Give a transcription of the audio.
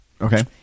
okay